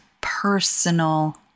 personal